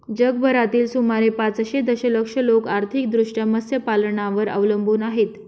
जगभरातील सुमारे पाचशे दशलक्ष लोक आर्थिकदृष्ट्या मत्स्यपालनावर अवलंबून आहेत